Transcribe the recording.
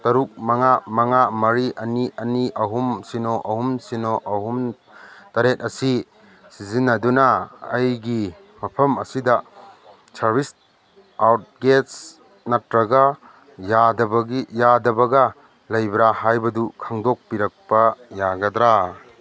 ꯇꯔꯨꯛ ꯃꯉꯥ ꯃꯉꯥ ꯃꯔꯤ ꯑꯅꯤ ꯑꯅꯤ ꯑꯍꯨꯝ ꯁꯤꯅꯣ ꯑꯍꯨꯝ ꯁꯤꯅꯣ ꯑꯍꯨꯝ ꯇꯔꯦꯠ ꯑꯁꯤ ꯁꯤꯖꯤꯟꯅꯗꯨꯅ ꯑꯩꯒꯤ ꯃꯐꯝ ꯑꯁꯤꯗ ꯁꯥꯔꯕꯤꯁ ꯑꯥꯎꯠ ꯒꯦꯁ ꯅꯠꯇ꯭ꯔꯒ ꯌꯥꯗꯕꯒꯤ ꯌꯥꯗꯕꯒ ꯂꯩꯕ꯭ꯔꯥ ꯍꯥꯏꯕꯗꯨ ꯈꯪꯗꯣꯛꯄꯤꯔꯛꯄ ꯌꯥꯒꯗ꯭ꯔꯥ